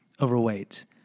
overweight